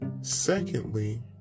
Secondly